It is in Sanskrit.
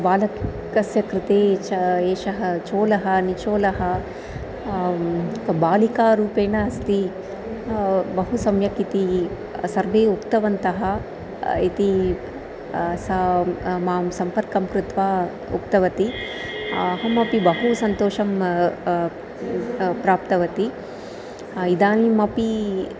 बालकस्य कृते च एषः चोलः निचोलः बालिका रूपेण अस्ति बहु सम्यक् इति सर्वे उक्तवन्तः इति सा माम् सम्पर्कं कृत्वा उक्तवती अहमपि बहु सन्तोषं प्राप्तवती इदानीमपि